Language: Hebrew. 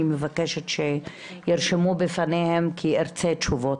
אני מבקשת שירשמו לפניהם, כי אני ארצה תשובות.